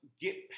get